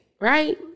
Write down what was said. Right